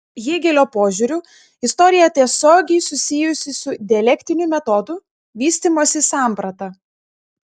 hėgelio požiūriu istorija tiesiogiai susijusi su dialektiniu metodu vystymosi samprata